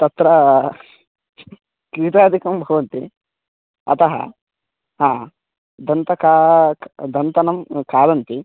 तत्र कीटादिकं भवन्ति अतः हा दन्तान् क दन्तान् खादन्ति